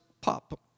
pop